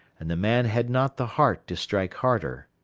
and the man had not the heart to strike harder.